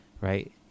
right